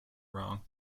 wrong